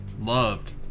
Loved